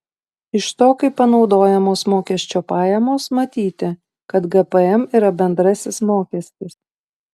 iš to kaip panaudojamos mokesčio pajamos matyti kad gpm yra bendrasis mokestis